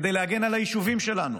כדי להגן על היישובים שלנו.